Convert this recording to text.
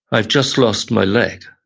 i've just lost my leg.